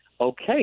Okay